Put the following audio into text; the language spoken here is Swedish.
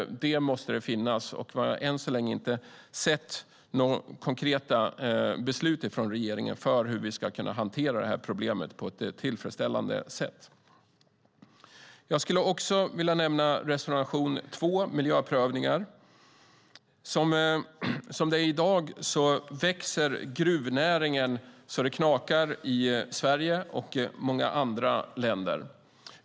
Det måste det finnas. Vi har än så länge inte sett några konkreta beslut från regeringen för hur vi ska kunna hantera det problemet på ett tillfredsställande sätt. Jag vill också nämna reservation 2, miljöprövningar. Som det är i dag växer gruvnäringen så det knakar i Sverige och i många andra länder.